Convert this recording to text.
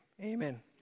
Amen